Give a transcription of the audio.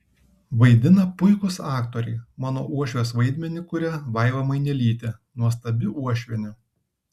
vaidina puikūs aktoriai mano uošvės vaidmenį kuria vaiva mainelytė nuostabi uošvienė